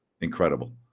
Incredible